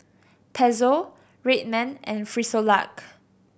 Pezzo Red Man and Frisolac